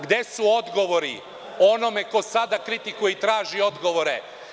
Gde su odgovori onome ko sada kritikuje i traži odgovore?